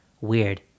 weird